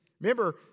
Remember